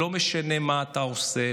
לא משנה מה אתה עושה,